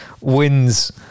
wins